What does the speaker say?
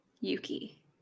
Yuki